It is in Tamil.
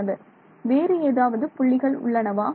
மாணவர் வேறு ஏதாவது புள்ளிகள் உள்ளனவா